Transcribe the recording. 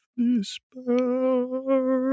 despair